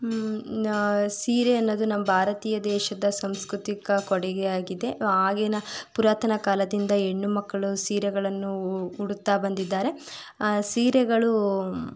ಸೀರೆ ಅನ್ನೋದು ನಮ್ಮ ಭಾರತೀಯ ದೇಶದ ಸಾಂಸ್ಕೃತಿಕ ಕೊಡುಗೆ ಆಗಿದೆ ಆಗಿನ ಪುರಾತನ ಕಾಲದಿಂದ ಹೆಣ್ಣು ಮಕ್ಕಳು ಸೀರೆಗಳನ್ನು ಉ ಉಡುತ್ತಾ ಬಂದಿದ್ದಾರೆ ಸೀರೆಗಳು